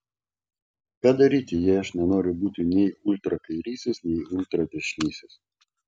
ką daryti jei aš nenoriu būti nei ultrakairysis nei ultradešinysis